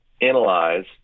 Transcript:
analyze